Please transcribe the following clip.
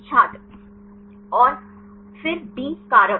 छात्र और फिर बी कारक